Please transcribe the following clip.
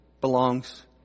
belongs